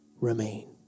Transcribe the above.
Remain